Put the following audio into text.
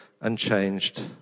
unchanged